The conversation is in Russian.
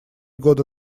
года